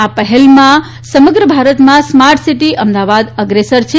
આ પહેલમાં સમગ્ર ભારતમાં સ્માર્ટ સીટી અમદાવાદ અગ્રેસર છે